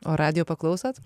o radijo paklausot